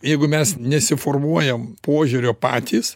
jeigu mes nesuformuojam požiūrio patys